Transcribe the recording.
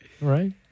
right